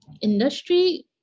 industry